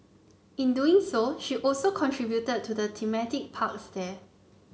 in doing so she also contributed to the thematic parks there